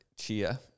Chia